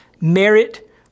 merit